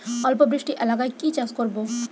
অল্প বৃষ্টি এলাকায় কি চাষ করব?